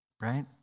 right